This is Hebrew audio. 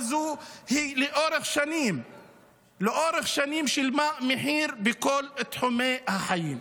לאורך שנים האוכלוסייה הזו שילמה מחיר בכל תחומי החיים,